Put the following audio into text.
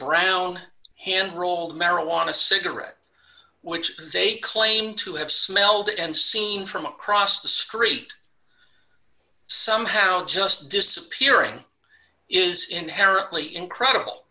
brown hand roll marijuana cigarette which is a claim to have smelled and seen from across the street somehow just disappearing is inherently incredible